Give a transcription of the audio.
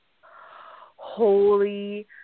Holy